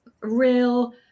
real